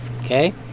okay